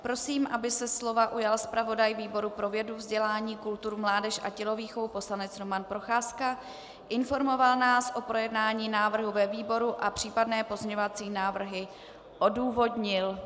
Prosím, aby se slova ujal zpravodaj výboru pro vědu, vzdělání, kulturu, mládež a tělovýchovu poslanec Roman Procházka, informoval nás o projednání návrhu ve výboru a případné pozměňující návrhy odůvodnil.